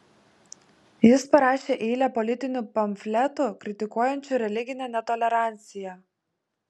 jis parašė eilę politinių pamfletų kritikuojančių religinę netoleranciją